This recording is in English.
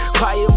Quiet